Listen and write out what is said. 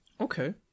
Okay